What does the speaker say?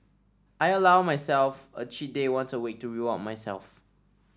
I allow myself a cheat day once a week to reward myself